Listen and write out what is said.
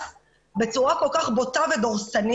בתי הסוהר בצורה כל כך בוטה ודורסנית,